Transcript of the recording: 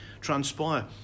transpire